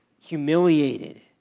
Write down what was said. humiliated